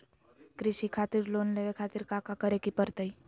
कृषि खातिर लोन लेवे खातिर काका करे की परतई?